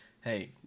hey